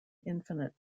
infinite